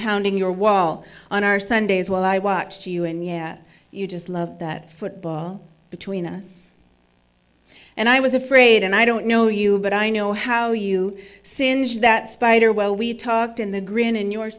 pounding your wall on our sundays while i watched you and yeah you just love that football between us and i was afraid and i don't know you but i know how you singed that spider well we've talked in the green and your